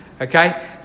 Okay